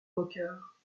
moqueur